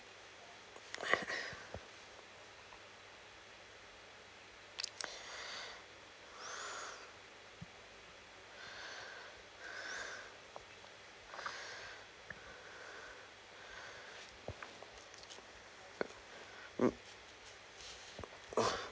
mm